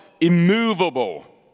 immovable